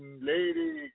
lady